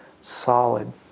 solid